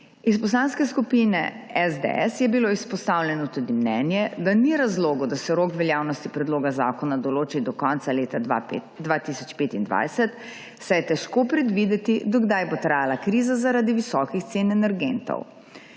Iz Poslanske skupine SDS je bilo izpostavljeno tudi mnenje, da ni razlogov, da se rok veljavnosti predloga zakona določi do konca leta 2025, saj je težko predvideti, do kdaj bo trajala kriza zaradi visokih cen energentov.